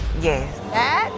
Yes